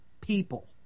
people